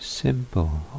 simple